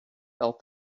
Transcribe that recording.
felt